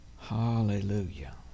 Hallelujah